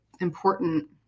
important